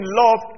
love